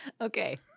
okay